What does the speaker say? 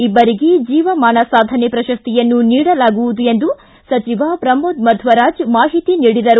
ಇಬ್ಬರಿಗೆ ಜೀವಮಾನ ಸಾಧನೆ ಪ್ರಶಸ್ತಿಯನ್ನು ನೀಡಲಾಗುವುದು ಎಂದು ಸಚಿವ ಪ್ರಮೋದ್ ಮಧ್ವರಾಜ್ ಮಾಹಿತಿ ನೀಡಿದರು